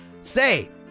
Say